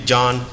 John